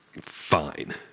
Fine